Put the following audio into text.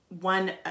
one